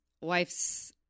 wife's